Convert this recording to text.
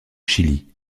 chili